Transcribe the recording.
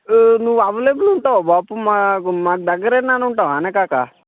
ఇప్పుడు నువ్వు అవైలబుల్ ఉంటావా బాపు మాకు మాకు దగ్గరేనా నువు ఉంటావేనా కాకా